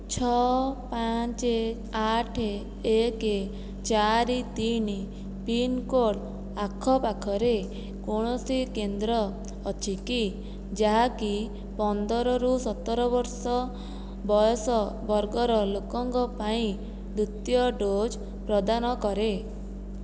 ଛଅ ପାଞ୍ଚ ଆଠ ଏକ ଚାରି ତିନି ପିନକୋଡ଼୍ ଆଖପାଖରେ କୌଣସି କେନ୍ଦ୍ର ଅଛି କି ଯାହାକି ପନ୍ଦରରୁ ସତର ବର୍ଷ ବୟସ ବର୍ଗର ଲୋକଙ୍କ ପାଇଁ ଦ୍ୱିତୀୟ ଡୋଜ୍ ପ୍ରଦାନ କରେ